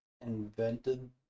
invented